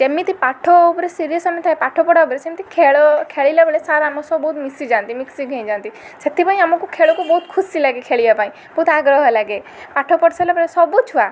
ଯେମିତି ପାଠ ଉପରେ ସିରିୟସ୍ ଥାଏ ପାଠ ପଢ଼ା ଉପରେ ସେମିତି ଖେଳ ଖେଲିଲା ବେଳେ ସାର୍ ଆମ ସହ ବହୁତ ମିଶିଯାଆନ୍ତି ମିକ୍ସିଂ ହେଇଯାଆନ୍ତି ସେଥିପାଇଁ ଆମକୁ ଖେଳକୁ ବହୁତ ଖୁସି ଲାଗେ ଖେଳିବା ପାଇଁ ବହୁତ ଆଗ୍ରହ ଲାଗେ ପାଠ ପଢ଼ି ସାରିଲା ପରେ ସବୁ ଛୁଆ